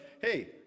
hey